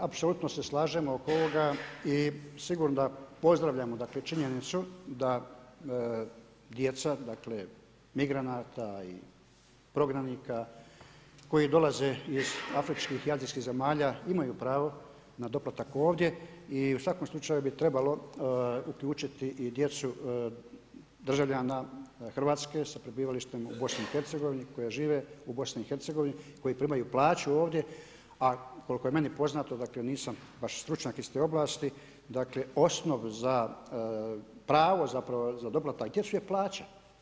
Samo kratko dakle, apsolutno se slažem oko ovog i sigurno da pozdravljamo dakle činjenicu da djeca, dakle migranata i prognanika koji dolaze iz afričkih i azijskih zemalja imaju pravo na doplatak ovdje i u svakom slučaju bi trebalo uključiti i djecu državljana Hrvatske sa prebivalištem u BiH-a koja žive u BiH-a, koji primaju plaću ovdje a koliko je meni poznato, dakle nisam baš stručnjak iz te oblasti, dakle osnov za, pravo zapravo za doplatak za djecu je plaća.